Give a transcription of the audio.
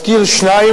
אז למה